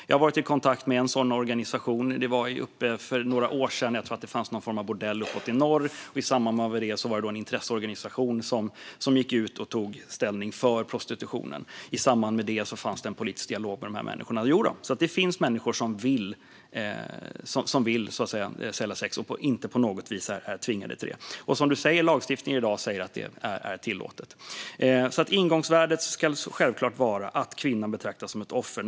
Jag var i kontakt med en intresseorganisation för några år sedan som gick ut och tog ställning för prostitution i samband med att det fanns någon form av bordell uppe i norr. Då fördes också en politisk dialog med de här människorna. Så jo, det finns människor som vill sälja sex och som inte på något vis är tvingade till det. Som ledamoten säger är det också enligt lagstiftningen i dag tillåtet. Men ingångsvärdet ska självklart vara att kvinnan betraktas som ett offer.